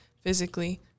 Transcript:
physically